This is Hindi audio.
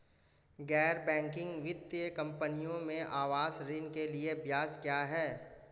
गैर बैंकिंग वित्तीय कंपनियों में आवास ऋण के लिए ब्याज क्या है?